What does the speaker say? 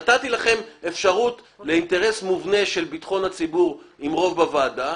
נתתי לאינטרס של ביטחון הציבור רוב בוועדה,